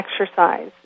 exercise